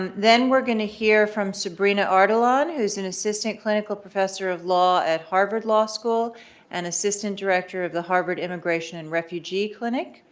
um then we're going to hear from sabrineh ardalan, who's an assistant clinical professor of law at harvard law school and assistant director of the harvard immigration and refugee clinic.